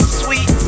sweet